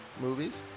movies